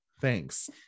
thanks